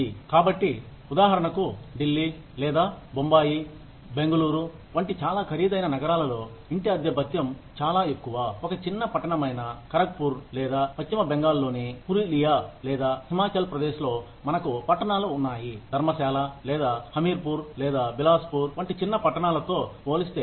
కాబట్టి ఉదాహరణకు ఢిల్లీ లేదా బొంబాయి బెంగళూరు వంటి చాలా ఖరీదైన నగరాలలో ఇంటి అద్దె భత్యం చాలా ఎక్కువ ఒక చిన్న పట్టణమైన ఖరగ్పూర్ లేదా పశ్చిమ బెంగాల్ లోని పురులియా లేదా హిమాచల్ ప్రదేశ్లో మనకు పట్టణాలు ఉన్నాయి ధర్మశాల లేదా హమీర్పూర్ లేదా బిలాస్పూర్ వంటి చిన్న పట్టణాలతో పోలిస్తే